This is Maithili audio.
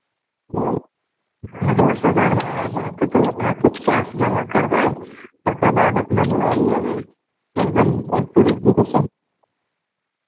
हँ दस हजारमे आबि जायत अपना किछु कैश जमा करबै ओकर बाद अपना मोबाइल लेबै एकदम एक्युरेसीके सङ्ग